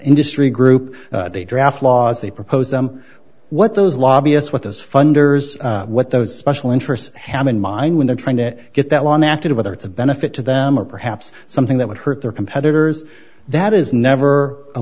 industry group they draft laws they propose them what those lobbyist what those funders what those special interests have in mind when they're trying to get that one act of whether it's a benefit to them or perhaps something that would hurt their competitors that is never a